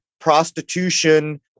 prostitution